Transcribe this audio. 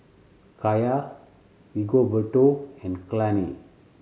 Kaya Rigoberto and Kalene